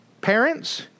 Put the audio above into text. Parents